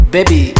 Baby